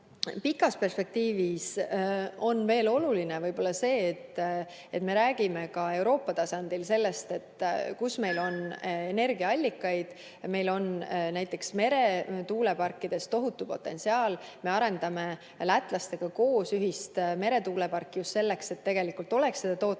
Pikas perspektiivis on oluline veel see, et me räägime ka Euroopa tasandil sellest, kus meil on energiaallikaid. Meil on näiteks tohutu meretuuleparkide potentsiaal. Me arendame lätlastega koos ühist meretuuleparki just selleks, et oleks seda tootmisvõimsust.